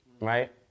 right